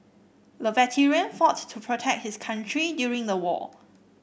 the veteran fought to protect his country during the war